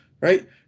right